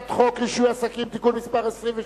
שחוק רישוי עסקים (תיקון מס' 26,